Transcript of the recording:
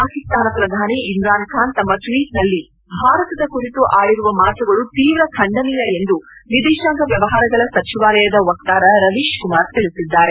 ಪಾಕಿಸ್ತಾನ ಪ್ರಧಾನಿ ಇಮ್ರಾನ್ ಖಾನ್ ತಮ್ಮ ಟ್ವೀಟ್ನಲ್ಲಿ ಭಾರತದ ಕುರಿತು ಆಡಿರುವ ಮಾತುಗಳು ತೀವ್ರ ಖಂಡನೀಯ ಎಂದು ವಿದೇತಾಂಗ ವ್ಚವಹಾರಗಳ ಸಚಿವಾಲಯದ ವಕ್ತಾರ ರವೀಶ್ ಕುಮಾರ್ ತಿಳಿಸಿದ್ದಾರೆ